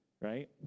right